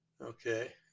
Okay